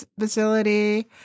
facility